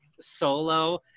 solo